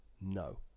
No